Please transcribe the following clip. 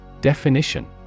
Definition